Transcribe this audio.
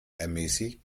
ermäßigt